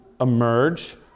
emerge